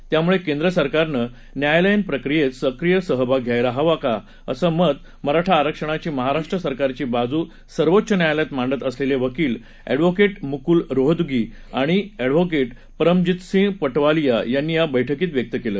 त्यामुळे केंद्र सरकारनं न्यायालयीन प्रक्रियेत सक्रीय सहभाग घ्यायला हवा असं मत मराठा आरक्षणाची महाराष्ट्र सरकारची बाजू सर्वोच्च न्यायालयात मांडत असलेले वकील अँडव्होकेट मुकुल रोहतगी आणि अँडव्होकेट परमजितसिंग पटवालिया यांनी या बैठकीत व्यक्त केलं